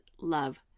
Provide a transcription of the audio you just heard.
love